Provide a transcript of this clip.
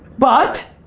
but,